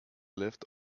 left